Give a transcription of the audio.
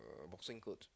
uh boxing clothes